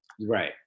Right